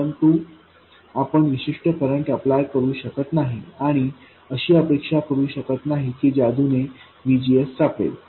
परंतु आपण विशिष्ट करंट अप्लाय करू शकत नाही आणि अशी अपेक्षा करू शकत नाही की काही जादूने VGS सापडेल